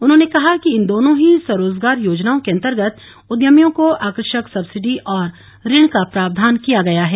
उन्होंने कहा कि इन दोनों ही स्वरोजगार योजनाओं के अंतर्गत उद्यमियों को आकर्षक सब्सिडी और ऋण का प्रावधान किया गया है